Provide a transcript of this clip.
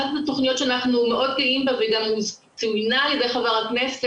אחת התוכניות שאנחנו מאוד גאים בה והיא גם צוינה על ידי חבר הכנסת,